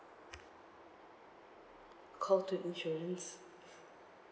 call two insurance